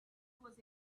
was